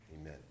amen